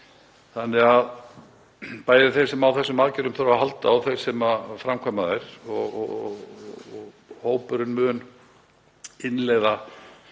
þannig að bæði þeir sem á þessum aðgerðum þurfa að halda og þeir sem framkvæma þær — hópurinn mun innleiða